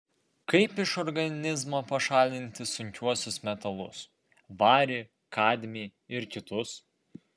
kaip iš organizmo pašalinti sunkiuosius metalus varį kadmį ir kitus